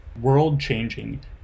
world-changing